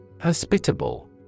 Hospitable